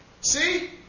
See